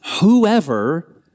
whoever